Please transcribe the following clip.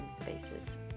spaces